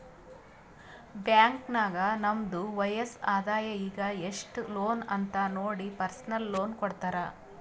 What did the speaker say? bank ನಾಗ್ ನಮ್ದು ವಯಸ್ಸ್, ಆದಾಯ ಈಗ ಎಸ್ಟ್ ಲೋನ್ ಅಂತ್ ನೋಡಿ ಪರ್ಸನಲ್ ಲೋನ್ ಕೊಡ್ತಾರ್